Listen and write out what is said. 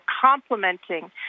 complementing